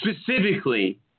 specifically